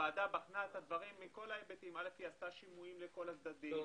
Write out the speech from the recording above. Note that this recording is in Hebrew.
הוועדה בחנה את הדברים מכל ההיבטים: היא עשתה שימועים לכל הצדדים,